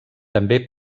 també